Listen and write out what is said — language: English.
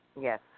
Yes